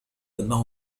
أنه